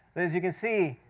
that is you can see,